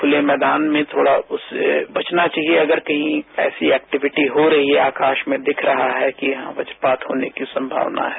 खुले मैदान में थोड़ा उससे बचना चाहिए कोई वैसी एक्टीविटीहो रही है आकाश में दिख रहा है कि वज्रपात होने की संभावना है